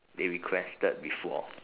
they requested before